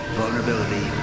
vulnerability